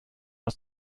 aus